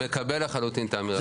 מקבל לחלוטין את האמירה הזאת.